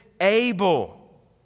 able